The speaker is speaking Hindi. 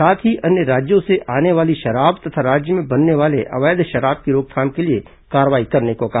साथ ही अन्य राज्यों से आने वाली शराब तथा राज्य में बनने वाले अवैध शराब की रोकथाम के लिए कार्रवाई करने को कहा